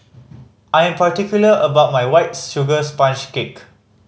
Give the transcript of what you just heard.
I am particular about my White Sugar Sponge Cake